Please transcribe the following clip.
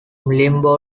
limbo